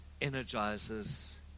energizes